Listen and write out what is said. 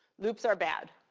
loops are bad.